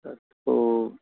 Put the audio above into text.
তো